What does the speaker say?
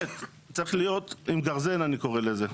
צריך להיות עם גרזן אני קורא לזה.